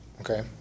Okay